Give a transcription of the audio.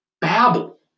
Babble